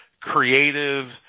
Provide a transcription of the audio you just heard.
creative